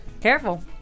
Careful